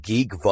Geek